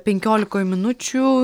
penkiolikoj minučių